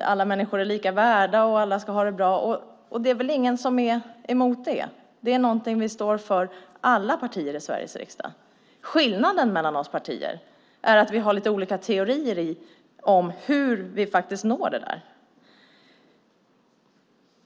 Alla människor är lika värda, alla ska ha det bra. Det är väl ingen om är emot det, det är någonting som vi alla partier i Sveriges riksdag står för. Skillnaden mellan partierna är att vi har lite olika teorier om hur vi når det.